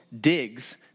digs